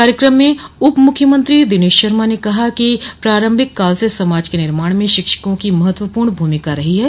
कार्यक्रम में उप मुख्यमंत्री दिनेश शर्मा ने कहा कि प्रारम्भिक काल से समाज के निर्माण में शिक्षकों की महत्वपूर्ण भूमिका रही है